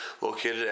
Located